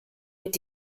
mit